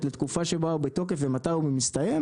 לתקופה שבה הוא בתוקף ומתי הוא מסתיים,